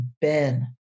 Ben